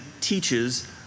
teaches